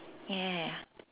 ya